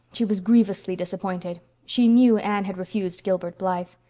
she was grievously disappointed. she knew anne had refused gilbert blythe.